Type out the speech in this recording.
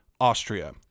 Austria